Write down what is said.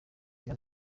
gaz